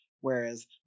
whereas